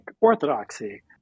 orthodoxy